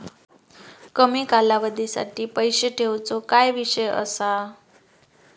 कमी कालावधीसाठी पैसे ठेऊचो काय विषय असा?